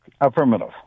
affirmative